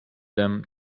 them